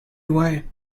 away